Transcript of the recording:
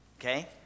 Okay